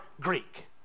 Greek